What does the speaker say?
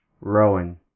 Rowan